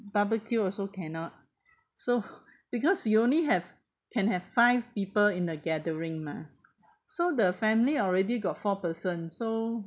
barbecue also cannot so because you only have can have five people in the gathering mah so the family already got four person so